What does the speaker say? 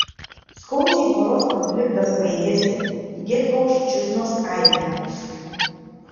skaudžiai poros konfliktas baigėsi dietkauščiznos kaime